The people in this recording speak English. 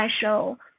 special